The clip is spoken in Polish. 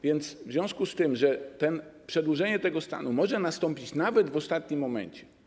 W związku z tym, że przedłużenie tego stanu może nastąpić nawet w ostatnim momencie.